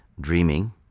dreaming